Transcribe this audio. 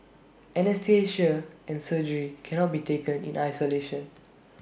anaesthesia and surgery cannot be taken in isolation